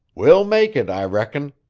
we'll make it, i reckon,